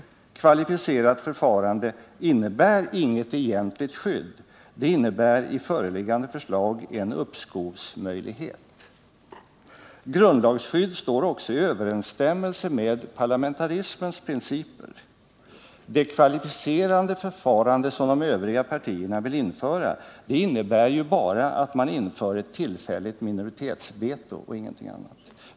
Det kvalificerade förfarandet innebär inget egentligt skydd — det innebär i föreliggande förslag en uppskovsmöjlighet. Grundlagsskydd står också i överensstämmelse med parlamentarismens principer. Det kvalificerade förfarande som de övriga partierna vill införa innebär bara att man inför ett tillfälligt minoritetsveto och ingenting annat.